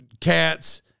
cats